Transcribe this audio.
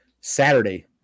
saturday